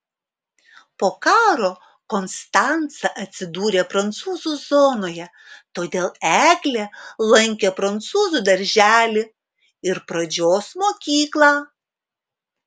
po karo konstanca atsidūrė prancūzų zonoje todėl eglė lankė prancūzų darželį ir pradžios mokyklą